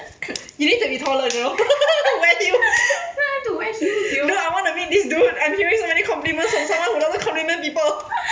you need to be taller girl wear heels no I want to meet this dude I'm hearing so many compliments from someone who doesn't compliment people